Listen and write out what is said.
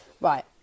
Right